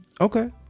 Okay